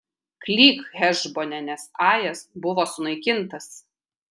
klyk hešbone nes ajas buvo sunaikintas